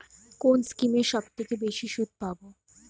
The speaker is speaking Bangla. কোন স্কিমে সবচেয়ে বেশি সুদ পাব?